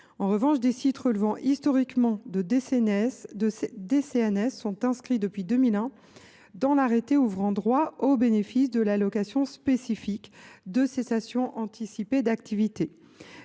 En revanche, des sites relevant historiquement de DCNS sont inscrits, depuis 2001, dans l’arrêté ouvrant droit au bénéfice de l’allocation spécifique de cessation anticipée d’activité